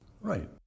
Right